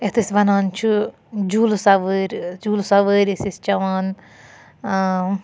یَتھ أسۍ وَنان چھُ جوٗلہٕ سَوٲر جوٗلہٕ سَوٲر ٲسۍ أسۍ چیٚوان آ